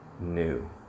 new